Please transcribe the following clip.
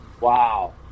Wow